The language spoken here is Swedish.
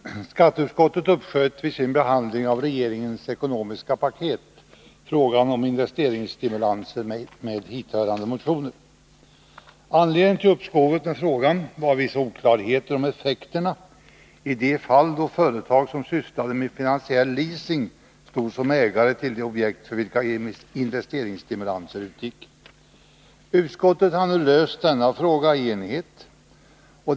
Fru talman! Skatteutskottet sköt vid sin behandling av regeringens ekonomiska paket på frågan om investeringsstimulanser med dithörande motioner. Anledningen till uppskovet med frågan var vissa oklarheter om effekterna i de fall då företag som sysslade med finansiell leasing stod som ägare till objekt, för vilka investeringsstimulanser utgick. Utskottet har nu löst denna fråga i enighet.